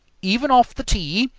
even off the tee,